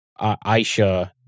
Aisha